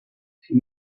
she